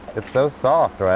it's so soft, right?